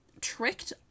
tricked